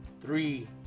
three